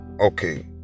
okay